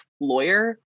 lawyer